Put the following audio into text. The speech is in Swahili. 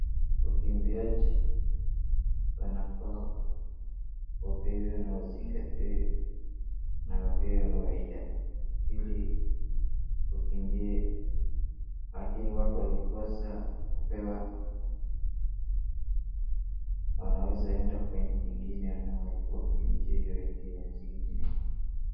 Wakimbiaji wanafaa wapewe na wazingatiwe na wapewe mawaidha ili wakimbie, lakini watu wakikosa kupewa wanaweza enda kwa nchi ingine na wakimbie hiyo nchi zingine.